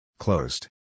Closed